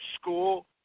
school